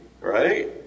right